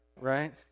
Right